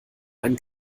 einen